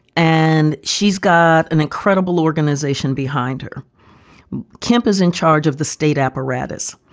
and she's got an incredible organization behind her camp is in charge of the state apparatus.